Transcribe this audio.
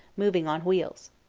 moving on wheels.